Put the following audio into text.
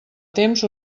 temps